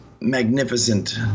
magnificent